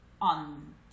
on